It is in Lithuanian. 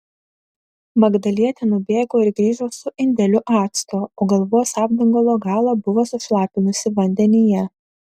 magdalietė nubėgo ir grįžo su indeliu acto o galvos apdangalo galą buvo sušlapinusi vandenyje